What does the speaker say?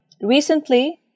Recently